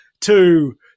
to-